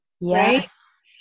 Yes